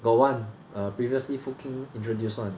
got one err previously food king introduce one